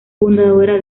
fundadora